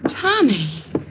Tommy